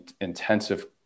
intensive